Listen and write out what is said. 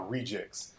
Rejects